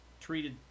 treated